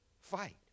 fight